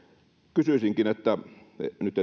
kysyisinkin nyt